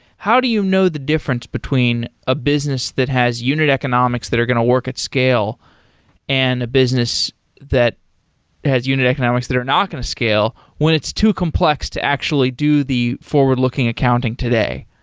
how do you know the difference between a business that has unit economics that are going to work at scale and a business that has unit economics that are not going to scale when it's too complex to actually do the forward-looking accounting today?